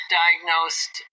diagnosed